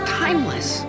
timeless